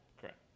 Correct